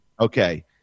Okay